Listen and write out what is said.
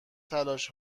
تلاش